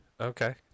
Okay